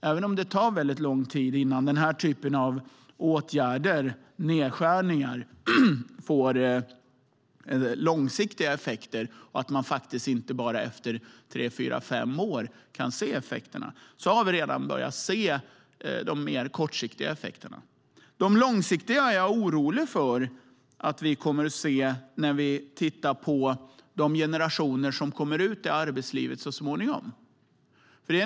Även om det tar lång tid innan den här typen av åtgärder, nedskärningar, får långsiktiga effekter, att man inte bara efter tre fyra fem år kan se effekterna, har vi redan börjat se de mer kortsiktiga effekterna. De långsiktiga effekterna är jag orolig för att vi får se när vi tittar på de generationer som kommer ut i arbetslivet så småningom.